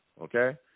okay